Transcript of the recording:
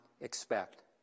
expect